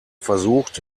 versucht